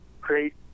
great